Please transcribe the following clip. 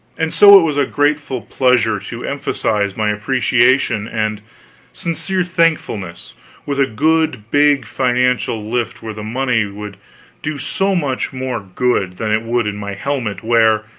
and so it was a grateful pleasure to emphasize my appreciation and sincere thankfulness with a good big financial lift where the money would do so much more good than it would in my helmet, where,